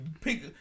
pick